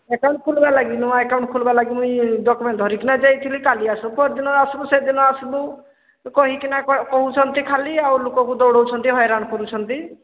account ଖୋଲ୍ବା ଲାଗି ନୂଁଆ ଏକାଉଣ୍ଟ ଖୋଲ୍ବା ଲାଗି ମୁଇଁ ଡକୁମେଣ୍ଟ ଧରିକିନା ଯାଇଥିଲି କାଲି ଆସ ପର୍ଦିନ ଆସ ସେଦିନ ଆସିବୁ କହିକିନା କହୁଛନ୍ତି ଖାଲି ଆଉ ଲୋକକୁ ଦୌଡ଼ଉଛନ୍ତି ହଇରାଣ କରୁଛନ୍ତି